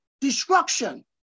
destruction